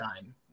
time